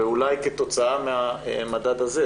ואולי כתוצאה מהמדד הזה,